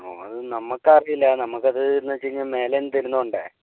ആണോ അത് നമുക്കറിയില്ല നമുക്കത് എന്ന് വച്ച് കഴിഞ്ഞാൽ മേലേന്ന് തരുന്നതുകൊണ്ടെ